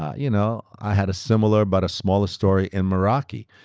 ah you know i had a similar but a smaller story in meraki.